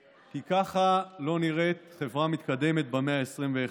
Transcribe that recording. כי ככה לא נראית חברה מתקדמת במאה ה-21,